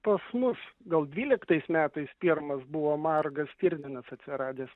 pas mus gal dvyliktais metais pirmas buvo margas stirninas atsiradęs